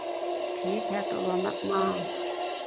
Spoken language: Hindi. ठीक है तो हम अपना